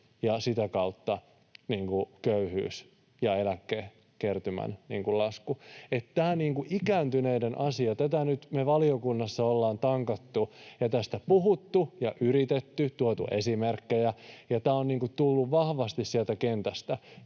ja sitä kautta köyhyys ja eläkekertymän lasku. Tätä ikääntyneiden asiaa me nyt valiokunnassa ollaan tankattu ja tästä puhuttu, tuotu esimerkkejä, ja tämä on tullut vahvasti sieltä kentältä.